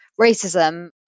racism